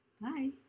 Bye